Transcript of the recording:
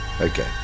Okay